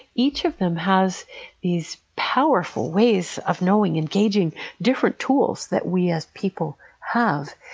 each of them has these powerful ways of knowing, engaging different tools that we as people have.